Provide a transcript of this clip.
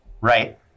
Right